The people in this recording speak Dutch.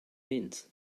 wint